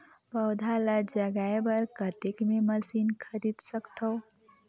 पौधा ल जगाय बर कतेक मे मशीन खरीद सकथव?